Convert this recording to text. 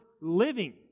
living